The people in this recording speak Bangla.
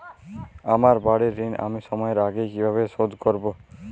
আমার বাড়ীর ঋণ আমি সময়ের আগেই কিভাবে শোধ করবো?